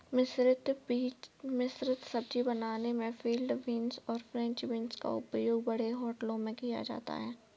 मिश्रित सब्जी बनाने में फील्ड बींस और फ्रेंच बींस का उपयोग बड़े होटलों में होता है